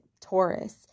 Taurus